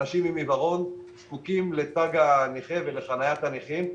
אנשים עם עיוורון זקוקים לתג הנכה ולחניית הנכים.